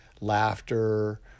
laughter